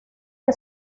que